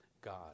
God